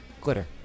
Glitter